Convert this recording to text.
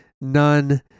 None